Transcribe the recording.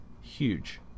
Huge